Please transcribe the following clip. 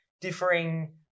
differing